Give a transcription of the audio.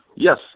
Yes